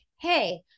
Hey